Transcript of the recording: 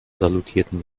salutierten